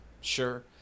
Sure